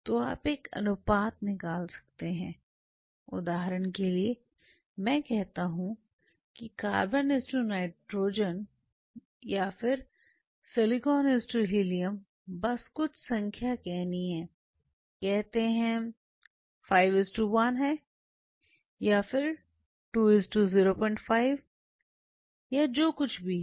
तो आप एक अनुपात निकाल सकते हैं उदाहरण के लिए मैं कहता हूं कि CN या फिर SiHe बस कुछ संख्या कहना है कहते हैं 51 है या फिर 205 या जो कुछ भी है